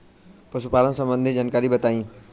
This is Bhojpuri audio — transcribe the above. पशुपालन सबंधी जानकारी बताई?